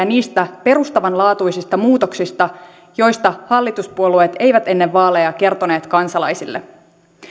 niistä perustavanlaatuisista muutoksista joista hallituspuolueet eivät ennen vaaleja kertoneet kansalaisille